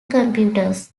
computers